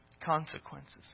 consequences